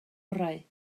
orau